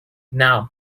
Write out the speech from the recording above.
نعم